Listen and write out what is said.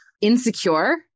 insecure